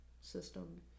system